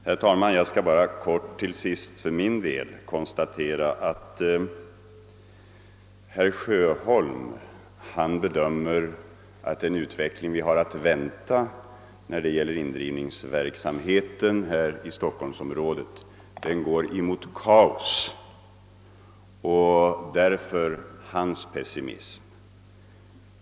Herr talman! Jag skall bara helt kort till sist för min del konstatera att herr Sjöholm bedömer att den utveckling vi har att vänta när det gäller indrivningsverksamheten i stockholmsområdet går emot kaos och därav hans pessimism.